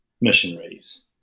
missionaries